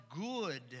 good